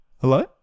Hello